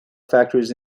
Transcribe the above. factories